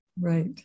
Right